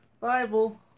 Bible